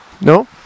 No